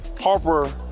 Harper